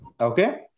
Okay